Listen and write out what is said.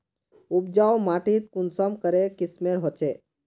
उपजाऊ माटी कुंसम करे किस्मेर होचए?